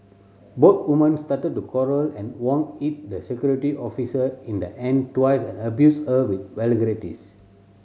both woman started to quarrel and Wang hit the security officer in the hand twice and abused her with vulgarities